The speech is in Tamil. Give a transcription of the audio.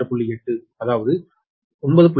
8 அதாவது 9